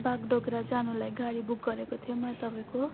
बागडोग्रा जानुलाई गाडी बुक गरेको थिएँ म तपाईँको